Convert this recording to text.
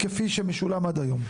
כפי שמשולם עד היום?